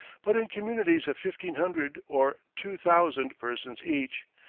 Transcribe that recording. but in communities of fifteen hundred or two thousand persons each,